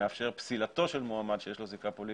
שמאפשר פסילתו של מועמד שיש לו זיקה פוליטית,